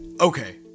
Okay